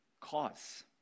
Cause